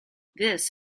this